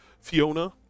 Fiona